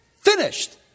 finished